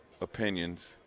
opinions